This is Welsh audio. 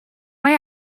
mae